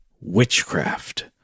witchcraft